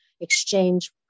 exchange